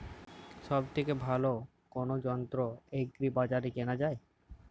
সব থেকে ভালো কোনো যন্ত্র এগ্রি বাজারে কেনা যায়?